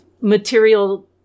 material